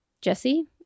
Jesse